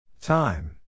Time